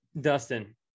Dustin